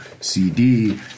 CD